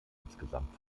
insgesamt